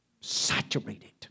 saturated